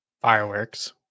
fireworks